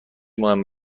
مهم